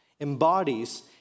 embodies